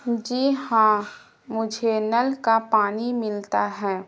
جی ہاں مجھے نل کا پانی ملتا ہے